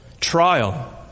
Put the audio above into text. trial